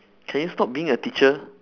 can you stop being a teacher